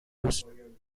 used